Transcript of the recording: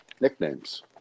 nicknames